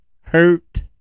hurt